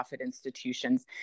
institutions